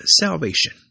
Salvation